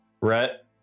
Rhett